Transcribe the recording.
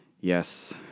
Yes